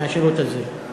מהשירות הזה.